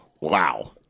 Wow